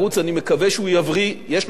יש עדיין המון קשיים בפניו.